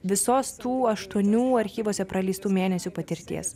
visos tų aštuonių archyvuose praleistų mėnesių patirties